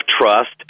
trust